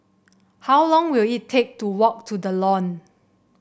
how long will it take to walk to The Lawn